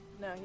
no